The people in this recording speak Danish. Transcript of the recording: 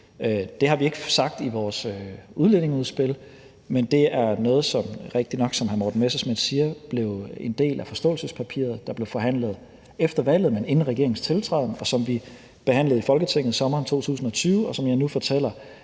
Det har vi ikke sagt i vores udlændingeudspil, men det er noget, der, som hr. Morten Messerschmidt rigtigt nok siger, blev en del af forståelsespapiret, som blev forhandlet efter valget, men inden regeringens tiltræden, og som vi behandlede i Folketinget sommeren 2020, og som jeg nu fortæller